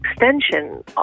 extension